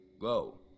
Go